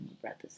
brothers